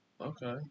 Okay